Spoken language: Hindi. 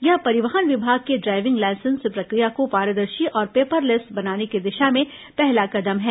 यह परिवहन विभाग के ड्राइविंग लाइसेन्स प्रक्रिया को पारदर्शी और पेपरलेस बनाने की दिशा में पहला कदम है